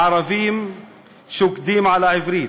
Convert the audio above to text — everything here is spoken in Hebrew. הערבים שוקדים על העברית,